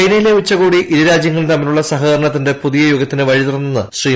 ചൈനയിലെ ഉച്ചകോടി ഇരുരാജ്യങ്ങളും തമ്മിലുള്ള സഹകരണത്തിന്റെ പുതിയ യുഗത്തിന് വഴിതുറന്നെന്ന് ശ്രീ